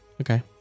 Okay